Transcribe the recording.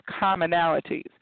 commonalities